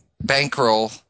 bankroll